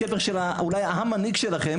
שם נמצא הקבר של המנהיג שלכם,